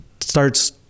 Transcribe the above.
starts